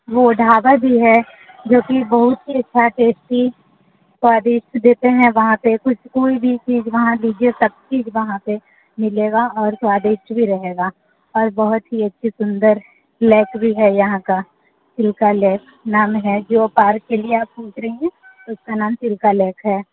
वो ढाबा जो है जोकि बहुत ही अच्छा टेस्टी स्वादिष्ठ देते हैं वहाँ पे कोई भी चीज़ वहाँ लीजिए सब चीज़ वहाँ पे मिलेगा और स्वादिष्ट भी रहेगा और बहुत ही अच्छी सुन्दर लेक भी है यहाँ का चिल्का लेक नाम है जो पार्क के लिये आप पूछ रही हैं उसका नाम चिल्का लेक है